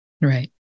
right